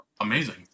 Amazing